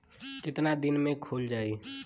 कितना दिन में खुल जाई?